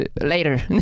later